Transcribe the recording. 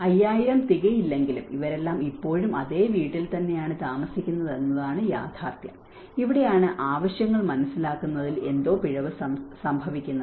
5000 തികയില്ലെങ്കിലും ഇവരെല്ലാം ഇപ്പോഴും അതേ വീട്ടിൽ തന്നെയാണ് താമസിക്കുന്നത് എന്നതാണ് ഇപ്പോൾ യാഥാർത്ഥ്യം ഇവിടെയാണ് ആവശ്യം മനസ്സിലാക്കുന്നതിൽ എന്തോ പിഴവ് സംഭവിക്കുന്നത്